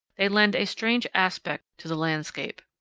they lend a strange aspect to the landscape.